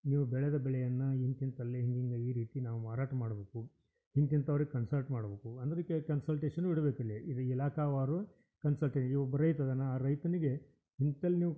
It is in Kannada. ನೀವು ಬೆಳೆದ ಬೆಳೆಯನ್ನು ಇಂತಿಂಥಲ್ಲಿ ಹಿಂಗಿಂಗೆ ಈ ರೀತಿ ನಾವು ಮಾರಾಟ ಮಾಡ್ಬೇಕು ಇಂತಿಂಥವ್ರಿಗೆ ಕನ್ಸಲ್ಟ್ ಮಾಡ್ಬೇಕು ಒಂದು ರೀತಿಯಾಗಿ ಕನ್ಸಲ್ಟೇಷನು ಇಡ್ಬೇಕು ಇಲ್ಲಿ ಇದು ಇಲಾಖಾವಾರು ಕನ್ಸಲ್ಟಿಂಗ್ ಈಗ ಒಬ್ಬ ರೈತ ಇದಾನೆ ಆ ರೈತನಿಗೆ ಇಂಥಲ್ಲಿ ನೀವು